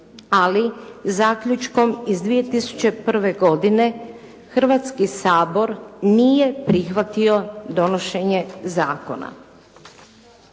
ali zaključkom iz 2001. godine Hrvatski sabor nije prihvatio donošenje zakona